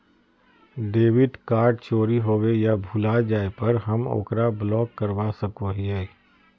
debit card चोरी होवे या भुला जाय पर हम ओकरा ब्लॉक करवा सको हियै